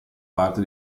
parte